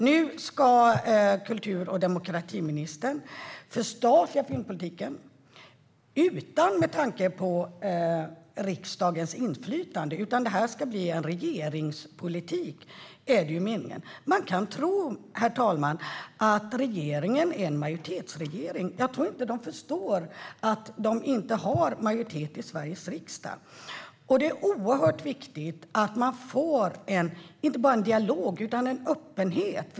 Nu ska kultur och demokratiministern förstatliga filmpolitiken utan tanke på riksdagens inflytande. Det är meningen att det ska bli en regeringspolitik. Man kan tro att regeringen är en majoritetsregering. Jag tror inte att regeringen förstår att de inte har majoritet i Sveriges riksdag. Det är oerhört viktigt att vi får inte bara dialog utan öppenhet.